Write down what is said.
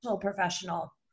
professional